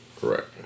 Correct